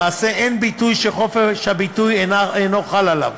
למעשה, אין ביטוי שחופש הביטוי אינו חל עליו.